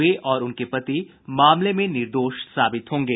वे और उनके पति मामले में निर्दोष साबित होंगे